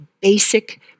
basic